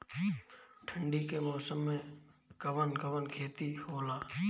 ठंडी के मौसम में कवन कवन खेती होला?